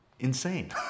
Insane